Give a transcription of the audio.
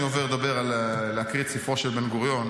עובר להקריא את הספר על בן-גוריון,